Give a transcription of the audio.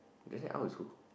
Jennet-Aw is who